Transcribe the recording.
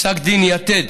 פסק דין יתד